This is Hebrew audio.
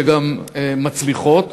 שגם מצליחות.